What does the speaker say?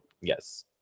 yes